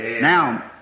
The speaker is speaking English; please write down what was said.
Now